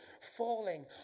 falling